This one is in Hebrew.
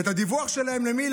את הדיווח שלהם, למי?